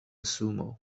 sumo